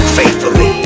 faithfully